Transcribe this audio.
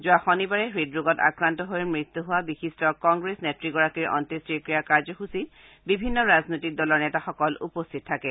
যোৱা শনিবাৰে হৃদৰোগত আক্ৰান্ত হৈ মৃত্যু হোৱা বিশিষ্ট কংগ্ৰেছ নেত্ৰীগৰাকীৰ অন্তোষ্টিক্ৰিয়া কাৰ্যসূচীত বিভিন্ন ৰাজনৈতিক দলৰ নেতাসকল উপস্থিত থাকে